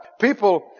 People